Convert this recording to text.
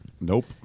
Nope